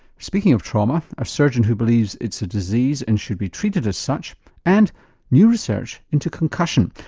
speaking of trauma, a surgeon who believes it's a disease and should be treated as such and new research into concussion,